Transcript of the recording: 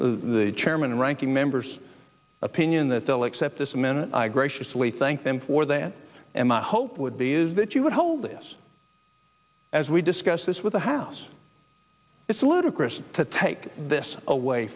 the chairman and ranking members opinion that they'll accept this and then i graciously thanked them for that and my hope would be is that you would hold this as we discuss this with the house it's ludicrous to take this away